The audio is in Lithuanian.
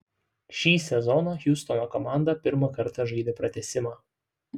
šį sezoną hjustono komanda pirmą kartą žaidė pratęsimą